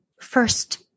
first